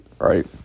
right